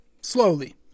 slowly